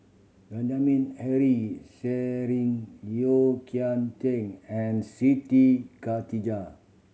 Benjamin Henry Yeo Kian and Siti Khalijah